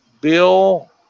Bill